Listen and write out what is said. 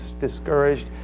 discouraged